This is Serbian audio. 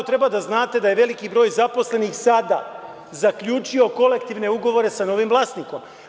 Treba da znate da je veliki broj zaposlenih sada zaključio kolektivne ugovore sa novim vlasnikom.